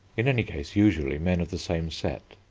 in any case usually men of the same set.